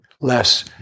less